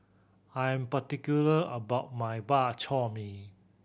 I am particular about my Bak Chor Mee